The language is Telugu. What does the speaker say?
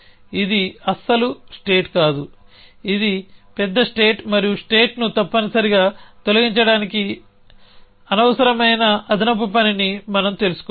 ఇది అస్సలు స్టేట్ కాదు ఇది పేద స్టేట్ మరియు స్టేట్ను తప్పనిసరిగా తొలగించడానికి అనవసరమైన అదనపు పనిని మనం తెలుసుకోవాలి